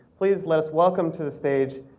please let's welcome to the stage,